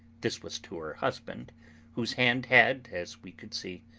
this was to her husband whose hand had, as we could see,